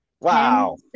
Wow